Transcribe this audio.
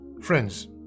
friends